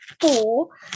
four